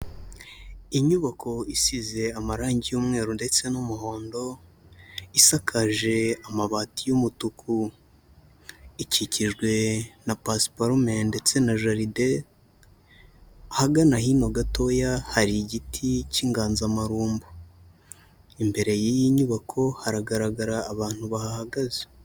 Inyubako isize amarangi y'umweru ndetse n'umuhondo, isakaje amabati y'umutuku, ikikijwe na pasiparume ndetse na jaride, ahagana hino gatoya hari igiti cy'inganzamarumbo, imbere y'iyi nyubako haragaragara abantu bahahagaze.